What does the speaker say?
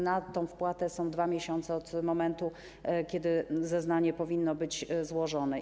Na wpłatę są 2 miesiące licząc od momentu, kiedy zeznanie powinno być złożone.